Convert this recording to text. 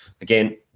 Again